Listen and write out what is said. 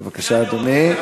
בבקשה, אדוני.